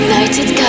United